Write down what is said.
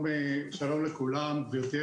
בבקשה.